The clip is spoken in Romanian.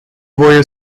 voie